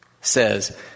says